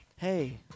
Hey